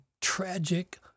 tragic